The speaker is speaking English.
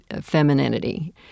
femininity